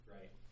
Right